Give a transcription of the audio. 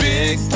Big